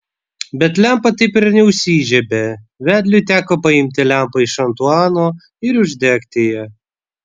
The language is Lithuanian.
bet lempa taip ir neužsižiebė vedliui teko paimti lempą iš antuano ir uždegti ją